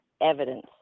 evidence